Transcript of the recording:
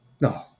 No